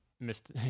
missed